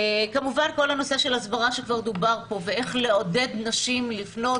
כמובן כל הנושא של הסברה שכבר דובר כאן ואיך לעודד נשים לפנות